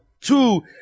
Two